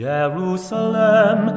Jerusalem